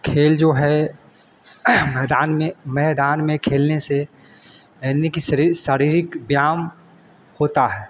खेल जो है मैदान में मैदान में खेलने से यानी कि सारी शारीरिक व्यायाम होता है